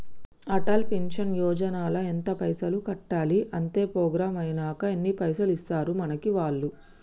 Atal pension Yojana ల ఎంత పైసల్ కట్టాలి? అత్తే ప్రోగ్రాం ఐనాక ఎన్ని పైసల్ ఇస్తరు మనకి వాళ్లు?